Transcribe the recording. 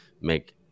make